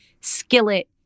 skillet